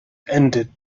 ended